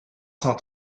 cent